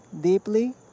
deeply